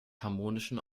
harmonischen